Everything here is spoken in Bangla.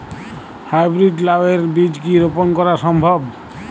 হাই ব্রীড লাও এর বীজ কি রোপন করা সম্ভব?